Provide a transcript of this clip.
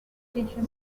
station